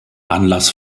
anlass